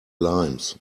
limes